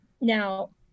Now